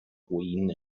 ruinen